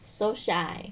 so shy